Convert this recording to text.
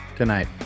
tonight